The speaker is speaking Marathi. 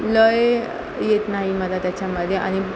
लय येत नाही मला त्याच्यामध्ये आणि